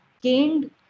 gained